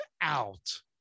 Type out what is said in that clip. out